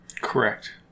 Correct